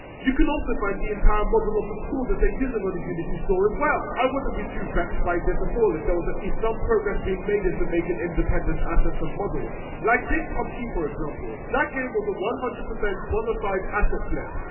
you can also find the entire model of the school that they're using on the unity store as well! i wouldn't be too vexed by this at all if there was at least some progress being made into making independent assets and models. like take pubg for example. that game was a one hundred percent bona fide asset flip.